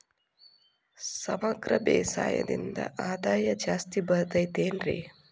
ಸಮಗ್ರ ಬೇಸಾಯದಿಂದ ಆದಾಯ ಜಾಸ್ತಿ ಬರತೈತೇನ್ರಿ?